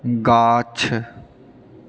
गाछ